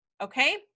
Okay